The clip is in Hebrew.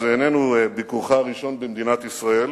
זה איננו ביקורך הראשון במדינת ישראל,